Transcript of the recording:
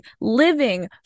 living